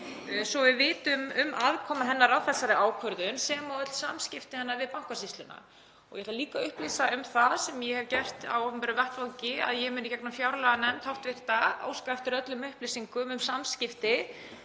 að við vitum um aðkomu hennar að þessari ákvörðun sem og öll samskipti hennar við Bankasýsluna. Ég ætla að líka að upplýsa um það sem ég hef gert á opinberum vettvangi, að ég mun í gegnum hv. fjárlaganefnd óska eftir öllum upplýsingum um samskipti